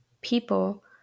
people